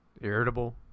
irritable